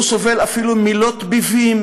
הוא סובל אפילו מילות ביבים,